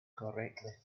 correctly